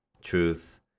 truth